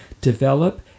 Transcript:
develop